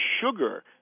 sugar